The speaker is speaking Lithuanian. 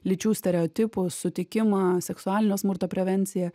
lyčių stereotipų sutikimą seksualinio smurto prevenciją